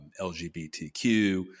LGBTQ